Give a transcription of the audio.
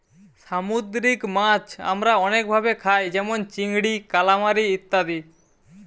সামুদ্রিক মাছ আমরা অনেক ভাবে খাই যেমন চিংড়ি, কালামারী ইত্যাদি